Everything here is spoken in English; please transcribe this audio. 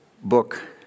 book